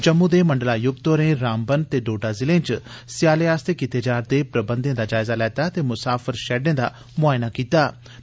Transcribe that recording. जम्मू दे मंडल आयुक्त होरें रामबन ते डोडा ज़िले च स्यालै आस्तै कीते गेदे प्रबंधें दा जायजा लैता ऐ ते मुसाफर शैड्डे दा मुआयाना कीता ऐ